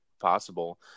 possible